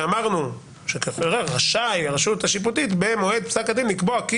אמרנו שרשאית הרשות השיפוטית במועד פסק הדין לקבוע כי